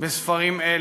בספרים האלה,